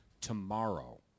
tomorrow